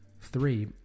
three